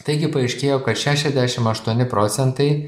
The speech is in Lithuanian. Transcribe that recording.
taigi paaiškėjo kad šešiasdešim aštuoni procentai